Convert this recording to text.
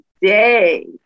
day